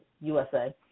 USA